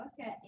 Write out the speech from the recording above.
Okay